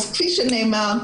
כפי שנאמר,